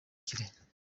kirehe